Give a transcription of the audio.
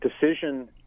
decision